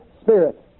spirit